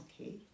Okay